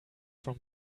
from